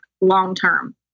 long-term